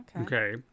Okay